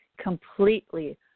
completely